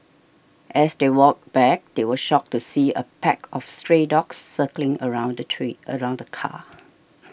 as they walked back they were shocked to see a pack of stray dogs circling around the tree around the car